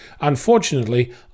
Unfortunately